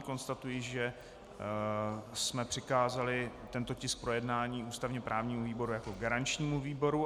Konstatuji, že jsme přikázali tento tisk k projednání ústavněprávnímu výboru jako garančnímu výboru.